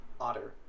Otter